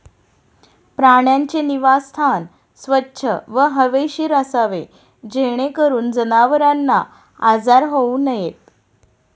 प्राण्यांचे निवासस्थान स्वच्छ व हवेशीर असावे जेणेकरून जनावरांना आजार होऊ नयेत